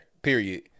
Period